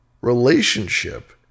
relationship